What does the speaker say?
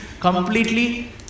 completely